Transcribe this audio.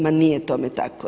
Ma nije tome tako.